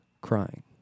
crying